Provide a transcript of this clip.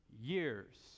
years